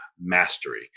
mastery